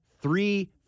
Three